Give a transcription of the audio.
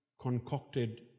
concocted